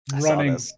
Running